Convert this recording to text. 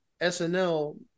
SNL